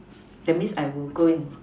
that means I will go and